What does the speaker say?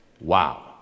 Wow